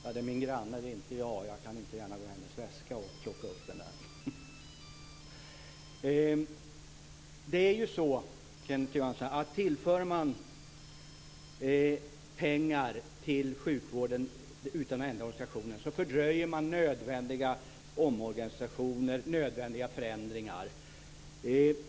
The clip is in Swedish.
Om man tillför pengar till sjukvården utan att ändra organisationen fördröjer man nödvändiga förändringar.